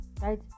Right